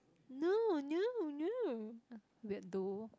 no no no weird though